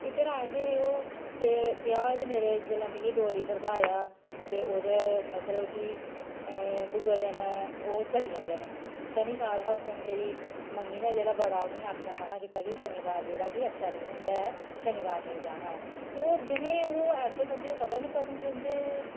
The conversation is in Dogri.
इद्धर आए दे हे ओह् ते ब्याह् दे मेरे जेल्लै मिगी डोली बरधाया ते ओह्दा मतलब कि दूए दिन ओह् चली जंदे न शनीबार हा उस दिन मेरी मम्मी ने जेह्ड़ा बड़ा उ'नेंगी आखेआ मना कीता कि शनीबार जेह्ड़ा कि अच्छा नेईं होंदा ऐ शनीबार नेईं जाना ऐ ते होर जि'नें ओह् ऐसे बंदे ओह् पता नेईं कंदू दे उं'दे